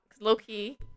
Low-key